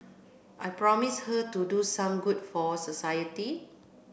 I promise her to do some good for society